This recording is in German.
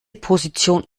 position